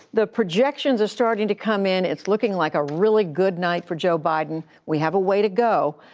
the projections are starting to come in. it's looking like a really good night for joe biden. we have a way to go.